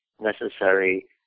necessary